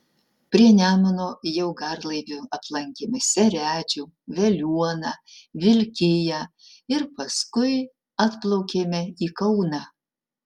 prie nemuno jau garlaiviu aplankėme seredžių veliuoną vilkiją ir paskui atplaukėme į kauną